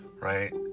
Right